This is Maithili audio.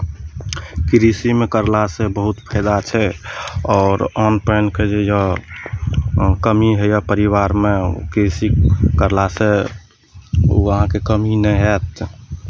कृषिमे करलासँ बहुत फाइदा छै आओर अन्न पानिके जे यए आओर कमी होइए परिवारमे कृषि करलासँ ओ अहाँकेँ कमी नहि हैत